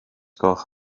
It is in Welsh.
gwelwch